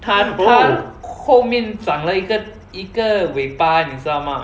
她她后面长了一个一个尾巴你知道吗